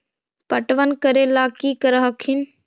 पटबन करे ला की कर हखिन?